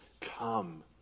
Come